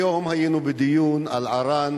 היום היינו בדיון על ער"ן,